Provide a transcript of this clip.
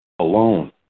alone